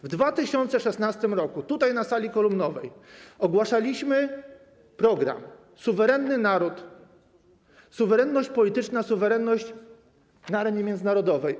W 2016 r. tutaj, na sali kolumnowej, ogłaszaliśmy program „Suwerenny naród” - suwerenność polityczna, suwerenność na arenie międzynarodowej.